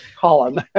column